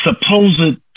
supposed